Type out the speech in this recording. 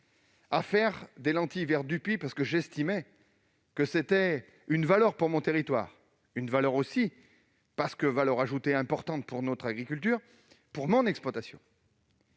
à cultiver des lentilles vertes du Puy, parce que j'estimais que c'était une valeur pour mon territoire, mais aussi parce qu'il s'agit d'une valeur ajoutée importante pour notre agriculture, pour mon exploitation.